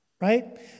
Right